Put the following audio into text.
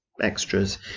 extras